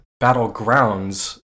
battlegrounds